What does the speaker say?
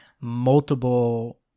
multiple